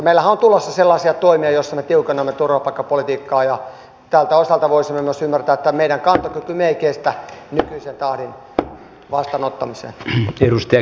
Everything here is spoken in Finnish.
meillähän on tulossa sellaisia toimia joilla me tiukennamme turvapaikkapolitiikkaa ja tältä osalta voisimme myös ymmärtää että meidän kantokykymme ei kestä nykyisessä tahdissa vastaanottamista